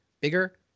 bigger